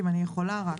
אם אני יכולה רק,